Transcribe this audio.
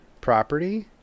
property